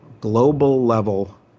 global-level